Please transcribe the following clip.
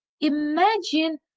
imagine